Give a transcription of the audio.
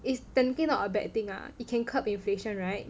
is technically not a bad thing ah it can curb inflation right